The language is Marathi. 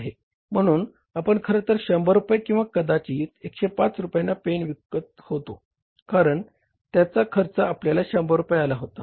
म्हणून आपण खरतर 100 रुपये किंवा कदाचित 105 रुपयांना पेन विकत होतो कारण त्याचा खर्च आपल्याला 100 रुपये आला होता